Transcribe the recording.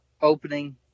opening